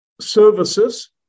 services